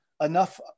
enough